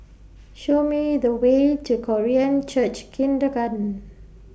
Show Me The Way to Korean Church Kindergarten